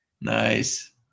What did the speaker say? nice